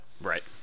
Right